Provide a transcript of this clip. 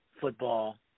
football